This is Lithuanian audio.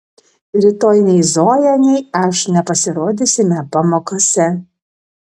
rytoj nei zoja nei aš nepasirodysime pamokose